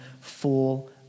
full